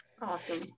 awesome